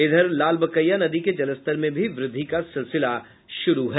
इधर लालबकेया नदी के जलस्तर में भी वृद्धि का सिलसिला शुरू हो गया है